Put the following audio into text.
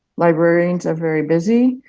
librarians are very busy.